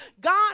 God